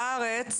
הארץ,